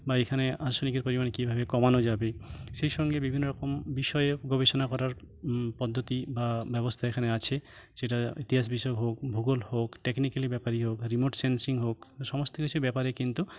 বা এখানে আর্সেনিকের পরিমাণ কীভাবে কমানো যাবে সেই সঙ্গে বিভিন্ন রকম বিষয়ে গবেষণা করার পদ্ধতি বা ব্যবস্থা এখানে আছে সেটা ইতিহাস বিষয় হোক ভূগোল হোক টেকনিক্যালি ব্যাপারই হোক রিমোট সেনসিং হোক সমস্ত কিছুই ব্যাপারে কিন্তু